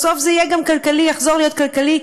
ובסוף זה גם יחזור להיות כלכלי,